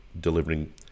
delivering